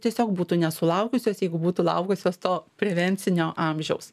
tiesiog būtų nesulaukusios jeigu būtų laukusios to prevencinio amžiaus